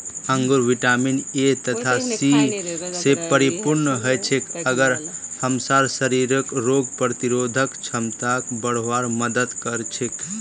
अंगूर vitamin A तथा C स परिपूर्ण हछेक आर हमसार शरीरक रोग प्रतिरोधक क्षमताक बढ़वार मदद कर छेक